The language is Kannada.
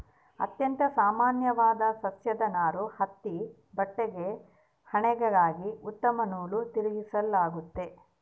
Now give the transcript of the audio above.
ಅತ್ಯಂತ ಸಾಮಾನ್ಯವಾದ ಸಸ್ಯದ ನಾರು ಹತ್ತಿ ಬಟ್ಟೆಗೆ ಹೆಣಿಗೆಗೆ ಉತ್ತಮ ನೂಲು ತಿರುಗಿಸಲಾಗ್ತತೆ